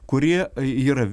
kurie yra